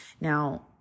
Now